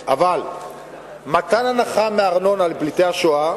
בכיוון, אבל מתן הנחה מארנונה לפליטי השואה,